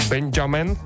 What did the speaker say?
Benjamin